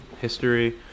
History